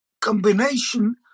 combination